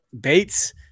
Bates